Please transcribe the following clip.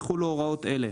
יחולו הוראות אלה: